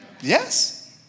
Yes